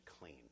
clean